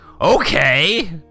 Okay